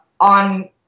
on